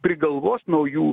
prigalvos naujų